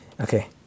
Okay